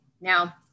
Now